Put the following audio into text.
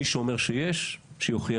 מי שאומר שיש, שיוכיח.